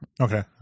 Okay